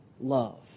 love